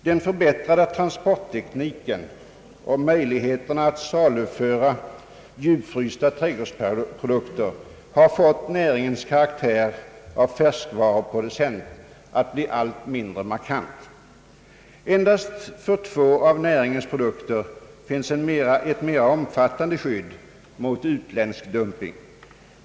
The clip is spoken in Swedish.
Den förbättrade transporttekniken och möjligheterna att saluföra djupfrysta trädghrdsprodukter har medfört att näringens karaktär av färskvaruproducent har blivit allt mindre markant. Endast för två av näringens produkter finns ett mera omfattande skydd mot utländsk dumping.